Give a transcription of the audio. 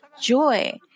joy